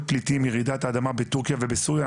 פליטים מרעידת האדמה מטורקיה ומסוריה,